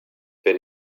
per